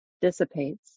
dissipates